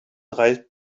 reibt